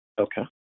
Okay